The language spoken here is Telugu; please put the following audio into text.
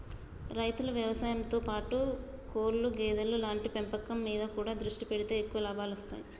రైతులు వ్యవసాయం తో పాటు కోళ్లు గేదెలు లాంటి పెంపకం మీద కూడా దృష్టి పెడితే ఎక్కువ లాభాలొస్తాయ్